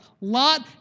Lot